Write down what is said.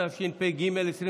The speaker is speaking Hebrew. התשפ"ג 2022,